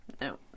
no